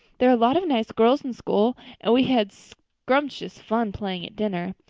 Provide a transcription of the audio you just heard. there are a lot of nice girls in school and we had scrumptious fun playing at dinnertime.